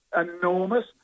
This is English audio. Enormous